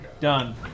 done